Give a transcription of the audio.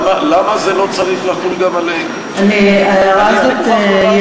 האם את לא חושבת ששופט, למשל בבית-משפט מחוזי,